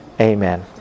amen